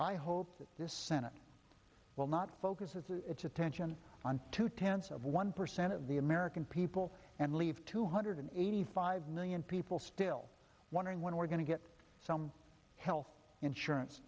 that this senate will not focus its attention on two tenths of one percent of the american people and leave two hundred eighty five million people still wondering when we're going to get some health insurance